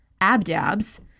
Abdabs